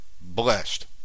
blessed